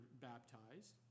baptized